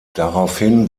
daraufhin